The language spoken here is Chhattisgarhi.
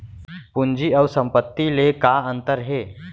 पूंजी अऊ संपत्ति ले का अंतर हे?